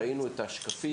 ראינו את השקפים,